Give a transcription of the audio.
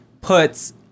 puts